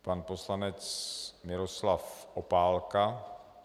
Pan poslanec Miroslav Opálka.